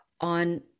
on